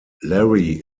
larry